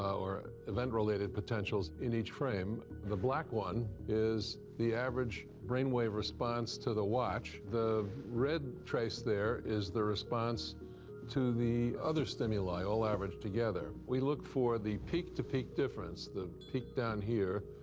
or event-related potentials in each frame. the black one is the average brain wave response to the watch. the red trace there is the response to the other stimuli all averaged together. we look for the peak-to-peak difference, the peak down here,